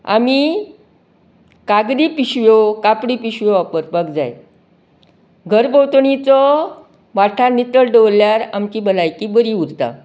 आमी कागदी पिशव्यो कापडी पिशव्यो वापरपाक जाय घरभोंवतणचो वाठार नितळ दवरल्यार आमचीं भलायकी बरी उरता